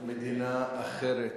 ומדינה אחרת,